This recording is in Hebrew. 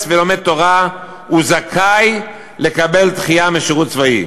ולומד תורה זכאי לקבל דחייה משירות צבאי.